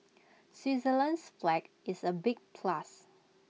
Switzerland's flag is A big plus